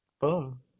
Boom